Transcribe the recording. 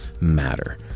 matter